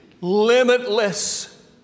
Limitless